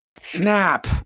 Snap